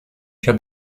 się